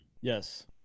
yes